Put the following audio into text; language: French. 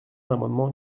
l’amendement